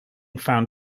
found